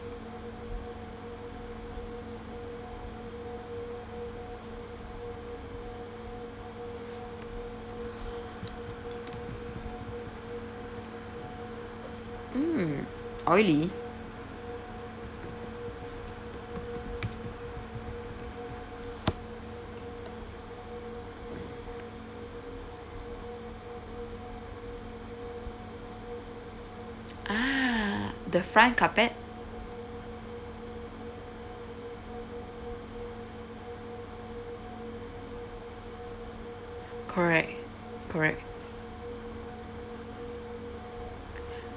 mm oily ah the front carpet correct correct